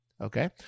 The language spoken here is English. Okay